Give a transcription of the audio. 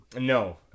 No